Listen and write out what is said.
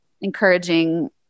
encouraging